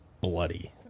bloody